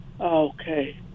Okay